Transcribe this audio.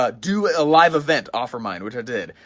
ah do a live event, offermind which i did,